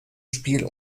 spiel